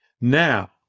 Now